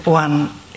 one